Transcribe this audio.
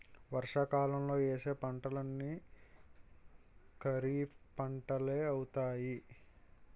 వర్షాకాలంలో యేసే పంటలన్నీ ఖరీఫ్పంటలే అవుతాయి